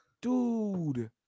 Dude